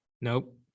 Nope